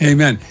Amen